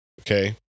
Okay